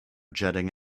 jetting